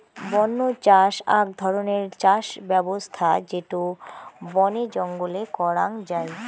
বন্য চাষ আক ধরণের চাষ ব্যবছস্থা যেটো বনে জঙ্গলে করাঙ যাই